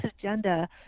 agenda